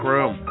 Room